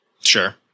Sure